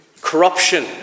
Corruption